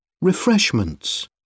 Refreshments